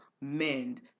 mend